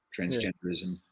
transgenderism